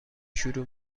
شروع